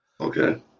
Okay